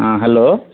ହଁ ହ୍ୟାଲୋ